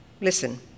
Listen